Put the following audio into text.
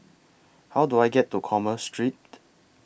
How Do I get to Commerce Street